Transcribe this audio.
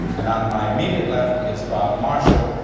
and on my immediate left is rob marshall,